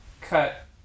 cut